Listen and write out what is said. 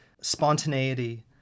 spontaneity